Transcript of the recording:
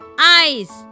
eyes